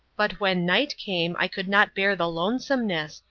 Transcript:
but when night came i could not bear the lonesomeness,